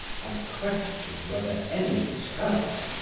i question whether any turk,